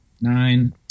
Nine